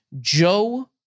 Joe